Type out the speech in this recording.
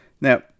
Now